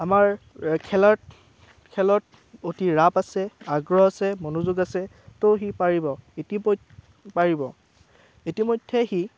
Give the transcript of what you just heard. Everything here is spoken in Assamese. আমাৰ খেলত খেলত অতি ৰাপ আছে আগ্ৰহ আছে মনোযোগ আছে তো সি পাৰিব পাৰিব ইতিমধ্যেই সি